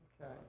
Okay